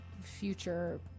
future